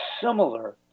similar